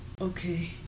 okay